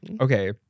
Okay